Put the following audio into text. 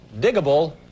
Diggable